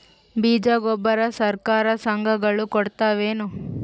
ಬೀಜ ಗೊಬ್ಬರ ಸರಕಾರ, ಸಂಘ ಗಳು ಕೊಡುತಾವೇನು?